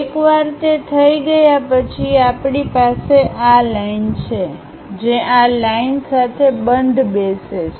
એકવાર તે થઈ ગયા પછી આપણી પાસે આ લાઈન છે જે આ લાઇન સાથે બંધબેસે છે